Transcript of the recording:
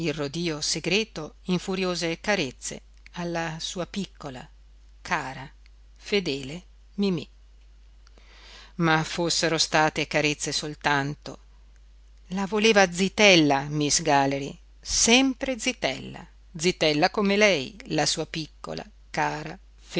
il rodio segreto in furiose carezza alla sua piccola cara fedele mimì ma fossero state carezze soltanto la voleva zitella miss galley sempre zitella zitella come lei la sua piccola cara